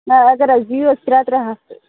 نہَ اگر حظ دِیٖہوٗس ترٛےٚ ترٛےٚ ہَتھ تہٕ